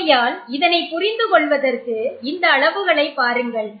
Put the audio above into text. ஆகையால் இதனை புரிந்து கொள்வதற்கு இந்த அளவுகளை பாருங்கள்